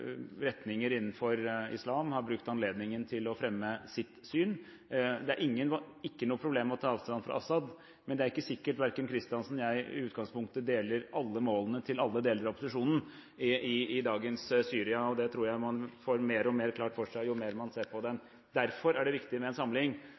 retninger innenfor islam har brukt anledningen til å fremme sitt syn. Det er ikke noe problem å ta avstand fra Assad, men det er ikke sikkert verken Kristiansen eller jeg i utgangspunktet deler alle målene til alle deler av opposisjonen i dagens Syria. Det tror jeg man får mer og mer klart for seg jo mer man ser på den.